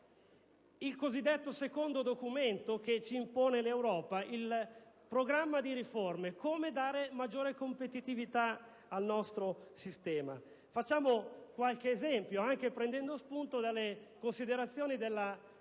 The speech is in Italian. al cosiddetto secondo documento che ci impone l'Europa, al programma di riforme, al modo in cui possiamo dare maggiore competitività al nostro sistema. Citiamo qualche esempio, anche prendendo spunto dalle considerazioni svolte